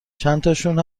چندتاشون